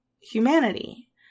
humanity